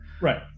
Right